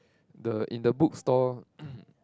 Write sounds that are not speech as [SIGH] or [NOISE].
the in the book store [COUGHS]